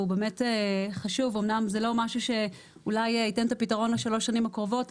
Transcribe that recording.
זה לא משהו שאולי ייתן את הפתרון לשלוש השנים הקרובות,